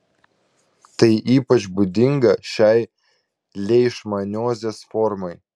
tai ypač būdinga šiai leišmaniozės formai